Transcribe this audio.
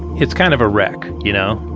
it's kind of a wreck, you know?